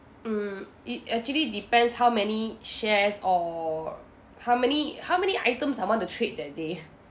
mm it actually depends how many shares or how many how many items I want to trade that day